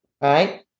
right